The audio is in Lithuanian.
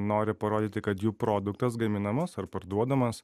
nori parodyti kad jų produktas gaminamas ar parduodamas